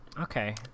Okay